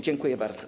Dziękuję bardzo.